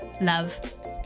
love